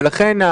לכן,